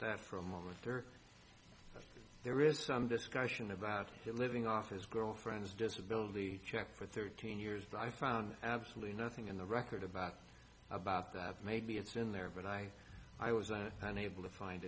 that for a moment or there is some discussion about living off his girlfriend's disability check for thirteen years i found absolutely nothing in the record about about that maybe it's in there but i i was unable to find